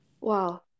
wow